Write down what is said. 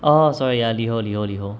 oh sorry ya liho liho liho